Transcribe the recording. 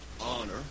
Honor